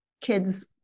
kids